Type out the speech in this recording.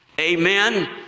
Amen